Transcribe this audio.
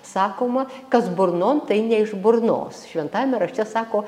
sakoma kas burnon tai ne iš burnos šventajame rašte sako